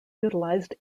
utilised